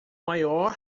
maior